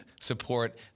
support